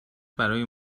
برای